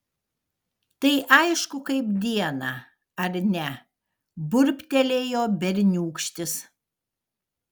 tai aišku kaip dieną ar ne burbtelėjo berniūkštis